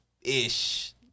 ish